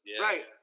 Right